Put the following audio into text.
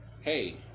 hey